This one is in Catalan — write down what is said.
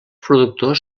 productors